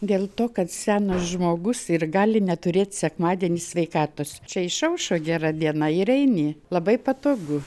dėl to kad senas žmogus ir gali neturėt sekmadienį sveikatos čia išaušo gera diena ir eini labai patogu